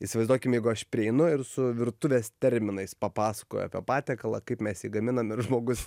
įsivaizduokim jeigu aš prieinu ir su virtuvės terminais papasakoju apie patiekalą kaip mes jį gaminam ir žmogus